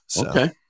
Okay